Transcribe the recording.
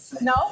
No